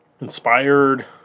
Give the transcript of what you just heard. inspired